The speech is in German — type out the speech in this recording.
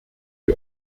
die